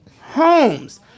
homes